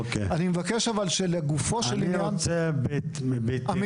אני מבקש אבל לגופו של עניין --- אני רוצה בתמצות